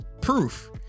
proof